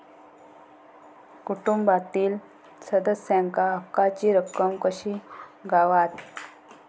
कुटुंबातील सदस्यांका हक्काची रक्कम कशी गावात?